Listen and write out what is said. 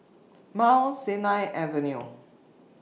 Mount Sinai Avenue